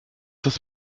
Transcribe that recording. das